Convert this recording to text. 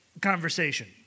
conversation